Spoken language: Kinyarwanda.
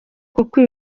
kuko